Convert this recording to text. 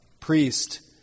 priest